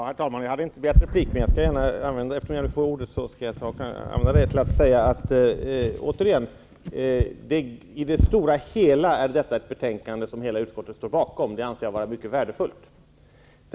Herr talman! Jag hade inte begärt replik, men eftersom jag nu får ordet skall jag använda det till att säga att i det stora hela är detta ett betänkande som hela utskottet står bakom. Jag anser att det är mycket värdefullt.